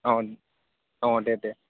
औ औ दे दे